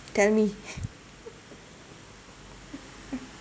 tell me